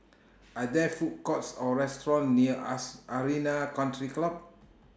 Are There Food Courts Or restaurants near as Arena Country Club